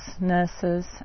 nurses